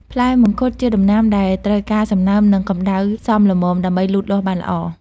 ផ្លែមង្ឃុតជាដំណាំដែលត្រូវការសំណើមនិងកម្ដៅសមល្មមដើម្បីលូតលាស់បានល្អ។